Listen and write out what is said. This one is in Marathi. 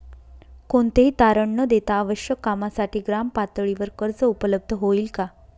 कोणतेही तारण न देता आवश्यक कामासाठी ग्रामपातळीवर कर्ज उपलब्ध होईल का?